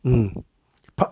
hmm park